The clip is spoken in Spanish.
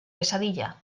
pesadilla